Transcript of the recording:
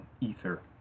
ether